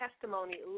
testimony